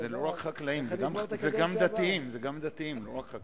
אני צריך לגמור את הקדנציה הבאה.